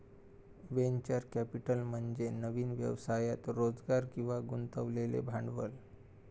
venture capital म्हणजे नवीन व्यवसायात रोजगार किंवा गुंतवलेले भांडवल